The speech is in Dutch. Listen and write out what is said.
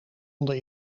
onder